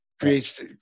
creates